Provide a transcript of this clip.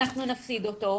אנחנו נפסיד אותו,